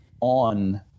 on